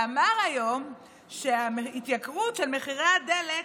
שאמר היום שההתייקרות של הדלק